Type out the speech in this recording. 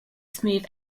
smooth